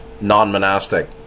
non-monastic